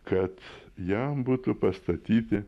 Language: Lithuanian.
kad jam būtų pastatyti